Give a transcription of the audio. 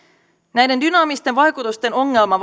näiden dynaamisten vaikutusten ongelma